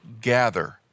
gather